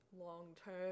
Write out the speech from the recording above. long-term